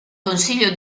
consiglio